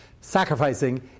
Sacrificing